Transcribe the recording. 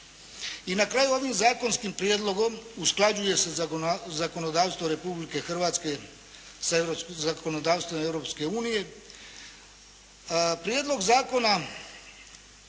I na kraju ovim zakonskim prijedlogom usklađuje se zakonodavstvo Republike Hrvatske sa zakonodavstvom Europske unije. Prijedlog zakona